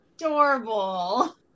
adorable